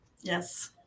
Yes